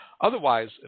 Otherwise